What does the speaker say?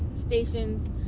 stations